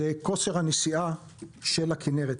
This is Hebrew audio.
זה כושר הנשיאה של הכנרת,